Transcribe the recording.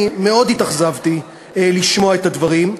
אני התאכזבתי מאוד לשמוע את הדברים.